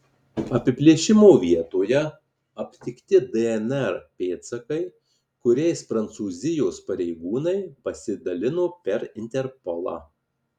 apiplėšimo vietoje aptikti dnr pėdsakai kuriais prancūzijos pareigūnai pasidalino per interpolą